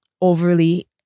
overly